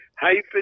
hyphen